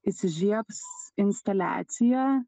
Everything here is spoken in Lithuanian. įsižiebs instaliacija